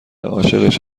عاشقش